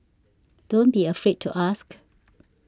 don't be afraid to ask